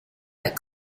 that